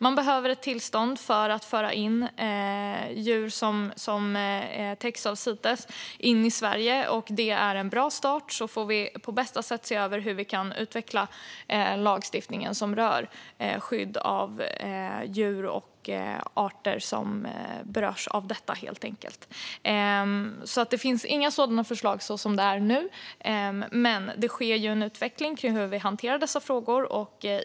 Man behöver ett tillstånd för att föra in djur som täcks av Cites i Sverige, och det är en bra start. Sedan får vi helt enkelt på bästa sätt se över hur vi kan utveckla lagstiftningen som rör skydd av djur och arter som berörs av detta. Det finns alltså inga sådana förslag nu, men det sker ju en utveckling av hur vi hanterar dessa frågor.